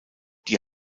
die